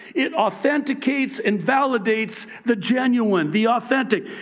it authenticates and validates the genuine, the authentic.